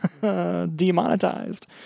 Demonetized